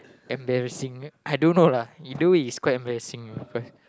embarrassing I don't know lah either way it's quite embarrassing you know cause